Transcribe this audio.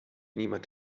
niemand